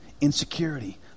insecurity